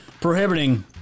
prohibiting